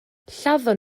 lladdon